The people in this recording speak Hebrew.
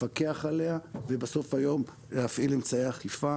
לפקח עליה ובסוף היום להפעיל אמצעי אכיפה.